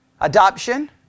Adoption